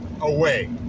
away